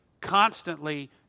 constantly